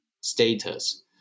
status